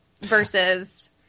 Versus